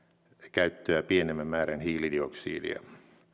käyttöä pienemmän määrän hiilidioksidia